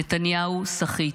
נתניהו סחיט,